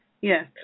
Yes